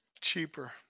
Cheaper